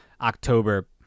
October